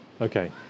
Okay